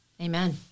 Amen